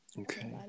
okay